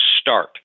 start